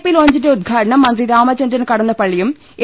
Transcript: P ലോഞ്ചിന്റെ ഉദ്ഘാടനം മന്ത്രി രാമചന്ദ്രൻ കടന്നപ്പള്ളിയും എ